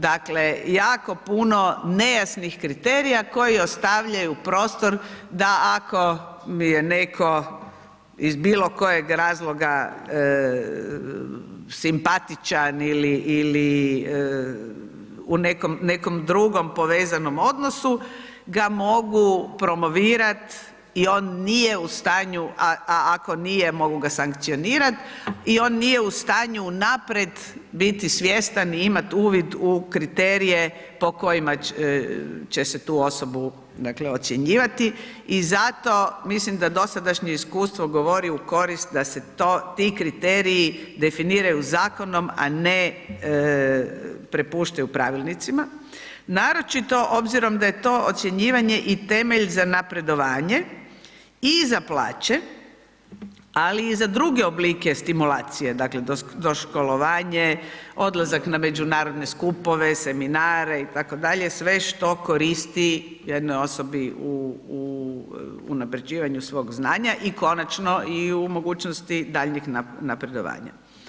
Dakle, jako puno nejasnih kriterija koji ostavljaju prostor da ako je netko iz bilo kojeg razloga simpatičan ili u nekom drugom povezanom odnosu ga mogu promovirat i on nije u stanju, a ako nije mogu ga sankcionirat, i on nije u stanju u naprijed biti svjestan i imat uvid u kriterije po kojima će se tu osobu dakle ocjenjivati i zato mislim da dosadašnje iskustvo govori u korist da se ti kriteriji definiraju zakonom, a ne prepuštaju pravilnicima, naročito obzirom da je to ocjenjivanje i temelj za napredovanje i za plaće, ali i za druge oblike stimulacije, dakle doškolovanje, odlazak na međunarodne skupove, seminare itd., sve što koristi jednoj osobi u unapređivanju svog znanja i konačno i u mogućnosti daljnjeg napredovanja.